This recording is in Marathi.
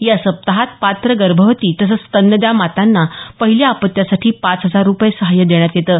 या सप्पाहात पात्र गभंवती तसंच स्तन्यदा मातांना पहिल्या अपत्यासाठी पाच हजार रुपये सहाय्य देण्यात येतं